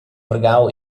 vargau